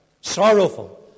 sorrowful